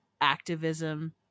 activism